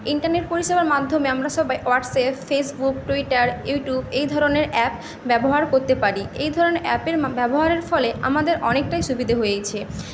internet পরিষেবার মাধ্যমে আমরা সবাই হোয়াটসঅ্যাপ ফেসবুক ট্যুইটার ইউটুব এই ধরনের অ্যাপ ব্যবহার করতে পারি এই ধরনের অ্যাপের ব্যবহারের ফলে আমাদের অনেকটাই সুবিধে হয়েছে